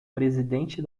presidente